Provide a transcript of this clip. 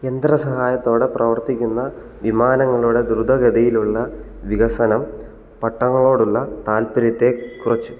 യന്ത്ര സഹായത്തോടെ പ്രവർത്തിക്കുന്ന വിമാനങ്ങളുടെ ദ്രുത ഗതിയിലുള്ള വികസനം പട്ടങ്ങളോടുള്ള താൽപര്യത്തെ കുറച്ചു